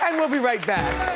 and we'll be right back.